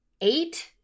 Eight